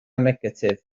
negatif